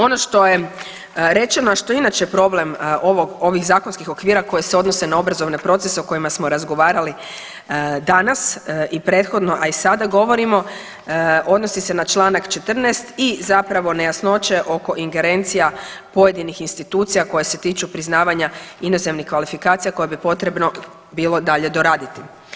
Ono što je rečeno, a što je inače problem ovih zakonskih okvira koji se odnose na obrazovne procese o kojima smo razgovarali danas i prethodno, a i sada govorimo odnosi se na Članak 14. i zapravo nejasnoće oko ingerencija pojedinih institucija koje se tiču priznavanja inozemnih kvalifikacija koje bi potrebno bilo dalje doraditi.